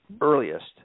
earliest